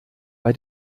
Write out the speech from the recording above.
bei